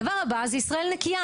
הדבר הבא זה ישראל נקייה,